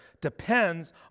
depends